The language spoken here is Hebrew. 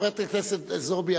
חברת הכנסת זועבי,